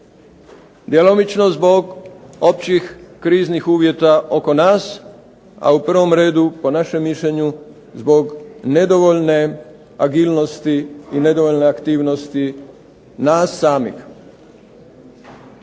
djelomično zbog općih kriznih uvjeta oko nas, a u prvom redu po našem mišljenju zbog nedovoljne agilnosti i nedovoljne aktivnosti nas samih,